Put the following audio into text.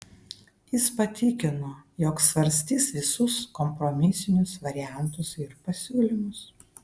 jis patikino jog svarstys visus kompromisinius variantus ir pasiūlymus